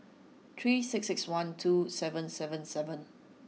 three six six one two seven seven seven